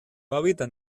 hábitat